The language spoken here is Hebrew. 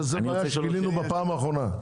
למה,